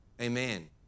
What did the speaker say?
Amen